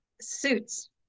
suits